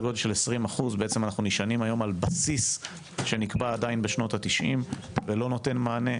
אנחנו נשענים היום על בסיס שנקבע בשנות ה-90 ולא נותן מענה.